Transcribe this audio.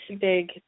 big